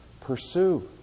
pursue